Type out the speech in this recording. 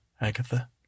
Agatha